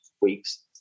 weeks